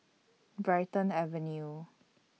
Brighton Avenue